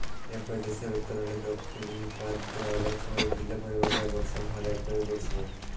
একই দ্যাশের উত্তরলে দখ্খিল পাল্তে অলেক সময় ভিল্ল্য পরিমালে বরসল হ্যয় একই মরসুমে